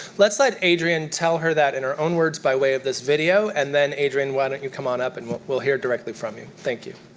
let's let adrienne tell her that in her own words by way of this video and then adrienne why don't you come on up and we'll hear directly from you? thank you.